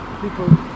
people